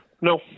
no